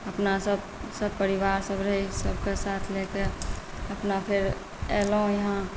अपना सभ सभ परिवारसभ रहै सभकेँ साथ लए कऽ अपना फेर अएलहुँ यहाँ